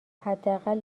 حداقل